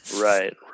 right